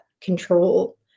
control